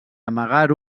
amagar